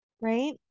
Right